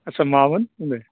आच्चा मामोन बुंदो